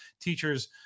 teachers